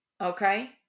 okay